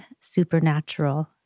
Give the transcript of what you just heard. Supernatural